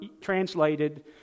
translated